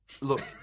Look